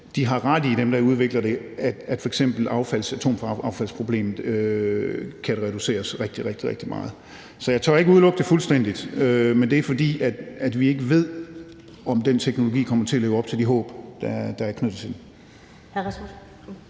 og at dem, der udvikler det, har ret i, at f.eks. atomaffaldsproblemet kan reduceres rigtig, rigtig meget. Så jeg tør ikke udelukke det fuldstændig, og det er, fordi vi ikke ved, om den teknologi kommer til at leve op til de håb, der er knyttet til